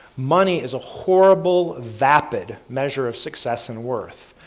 money is a horrible vapid measure of success and worth.